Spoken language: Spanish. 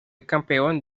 campeón